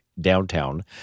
downtown